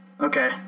Okay